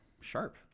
Sharp